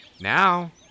Now